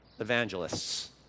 evangelists